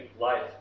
life